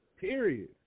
Period